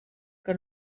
que